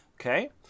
okay